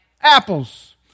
Apples